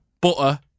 butter